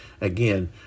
Again